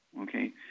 Okay